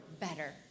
better